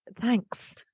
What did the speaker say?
thanks